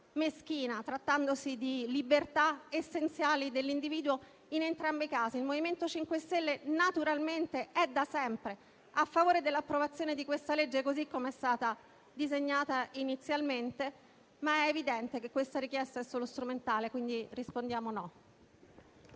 trattandosi di libertà essenziali dell'individuo in entrambi i casi. Il MoVimento 5 Stelle, naturalmente, è da sempre a favore dell'approvazione di questo disegno di legge così come è stato disegnato originariamente, ma è evidente che la richiesta avanzata è meramente strumentale, quindi rispondiamo